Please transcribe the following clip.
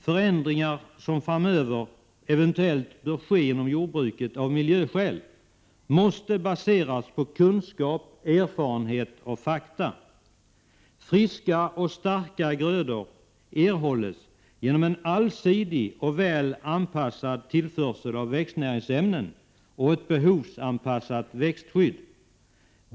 Förändringar som framöver eventuellt bör ske inom jordbruket av miljöskäl måste baseras på kunskap, erfarenhet och fakta. Friska och starka grödor erhålls genom en allsidig och väl anpassad tillförsel av växtnäringsämnen och ett behovsanpassat växtskydd.